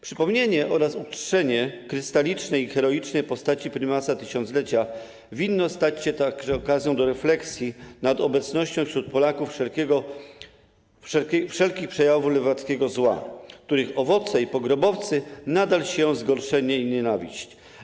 Przypomnienie oraz uczczenie krystalicznej i heroicznej postaci Prymasa Tysiąclecia winno stać się także okazją do refleksji nad obecnością wśród Polaków wszelkich przejawów lewackiego zła, których owoce i pogrobowcy nadal sieją zgorszenie i nienawiść.